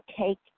take